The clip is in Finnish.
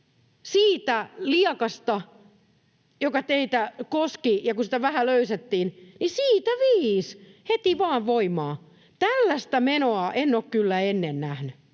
sitä liekaa, joka teitä koski, vähän löysättiin, niin siitä viis, heti vaan voimaan. Tällaista menoa en ole kyllä ennen nähnyt,